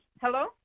hello